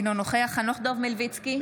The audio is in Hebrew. אינו נוכח חנוך דב מלביצקי,